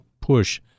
push